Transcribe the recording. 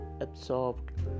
absorbed